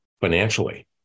financially